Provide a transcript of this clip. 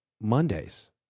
Mondays